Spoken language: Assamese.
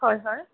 হয় হয়